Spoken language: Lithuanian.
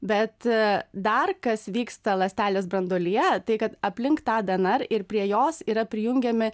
bet dar kas vyksta ląstelės branduolyje tai kad aplink tą dnr ir prie jos yra prijungiami